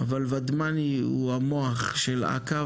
אבל ודמני הוא המוח של אכ"א